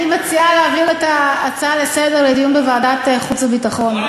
אני מציעה להעביר את ההצעה לסדר-היום לדיון בוועדת החוץ והביטחון.